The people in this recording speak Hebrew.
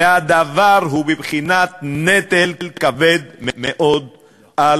והדבר הוא בבחינת נטל כבד מאוד על